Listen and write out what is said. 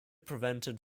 prevented